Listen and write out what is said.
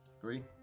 Three